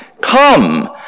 come